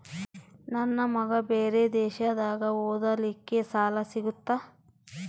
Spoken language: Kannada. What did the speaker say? ನನ್ನ ಮಗ ಬೇರೆ ದೇಶದಾಗ ಓದಲಿಕ್ಕೆ ಸಾಲ ಸಿಗುತ್ತಾ?